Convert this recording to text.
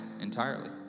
entirely